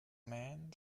men